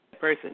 person